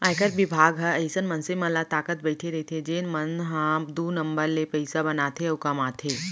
आयकर बिभाग ह अइसन मनसे मन ल ताकत बइठे रइथे जेन मन ह दू नंबर ले पइसा बनाथे अउ कमाथे